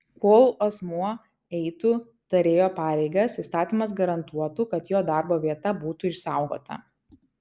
kol asmuo eitų tarėjo pareigas įstatymas garantuotų kad jo darbo vieta būtų išsaugota